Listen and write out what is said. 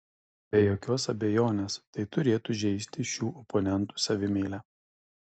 be jokios abejonės tai turėtų žeisti šių oponentų savimeilę